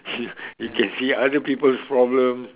you can see other people's problems